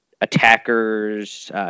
attackers